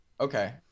okay